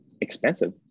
expensive